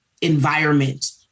environment